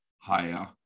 higher